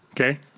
Okay